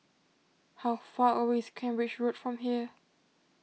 how far away is Cambridge Road from here